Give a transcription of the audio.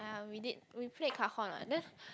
ya we did we played cajon what then